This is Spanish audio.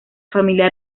familia